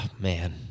Man